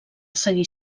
seguir